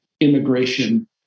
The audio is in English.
immigration